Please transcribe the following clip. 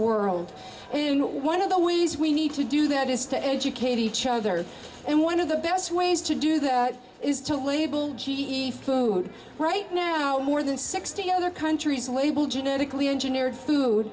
world and one of the ways we need to do that is to educate each other and one of the best ways to do that is to label g e food right now more than sixty other countries label genetically engineered food